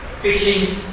Fishing